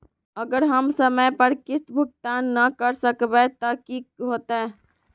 अगर हम समय पर किस्त भुकतान न कर सकवै त की होतै?